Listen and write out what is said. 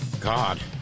God